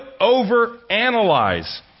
overanalyze